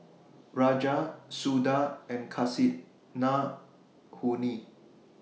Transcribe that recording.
Raja Suda and Kasinadhuni